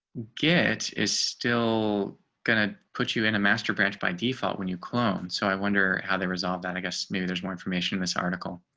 get is still going to put you in a master branch by default when you clone. so i wonder how they resolve that i guess maybe there's more information in this article.